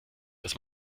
dass